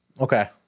Okay